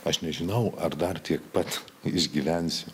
aš nežinau ar dar tiek pat išgyvensiu